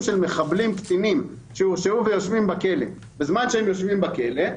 של מחבלים קטינים בזמן שהם יושבים בכלא,